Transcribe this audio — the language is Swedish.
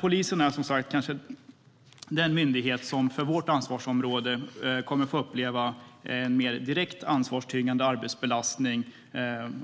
Polisen är den myndighet som på vårt ansvarsområde kommer att få uppleva en mer direkt ansvarstyngande arbetsbelastning,